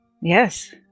Yes